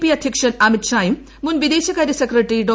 P അധ്യക്ഷൻ അമിത് ഷായും മൂൻ പ്രിദേശകാര്യ സെക്രട്ടറി ഡോ